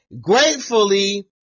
gratefully